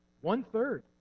one-third